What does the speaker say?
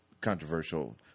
controversial